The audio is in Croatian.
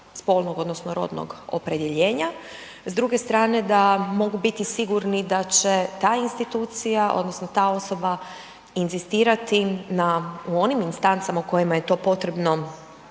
spolnog odnosno rodnog opredjeljenja, s druge strane da mogu biti sigurni da će ta institucija odnosno ta osoba inzistirati na, u onim instancama u kojima je to potrebno